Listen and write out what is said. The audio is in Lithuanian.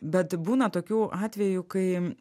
bet būna tokių atvejų kai